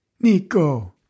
Nico